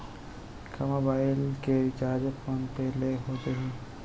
का मोबाइल के recharge phone पे ले हो जाही?